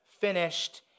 finished